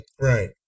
Right